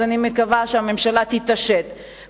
אז אני מקווה שהממשלה תתעשת,